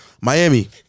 Miami